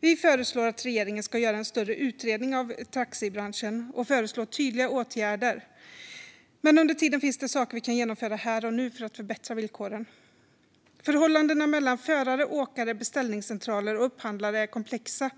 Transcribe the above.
Vi föreslår att regeringen ska göra en större utredning av taxibranschen och föreslå tydliga åtgärder. Men under tiden finns det saker vi kan genomföra här och nu för att förbättra villkoren. Förhållandena mellan förare, åkare, beställningscentraler och upphandlare är komplexa.